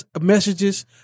messages